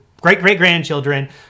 great-great-grandchildren